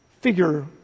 figure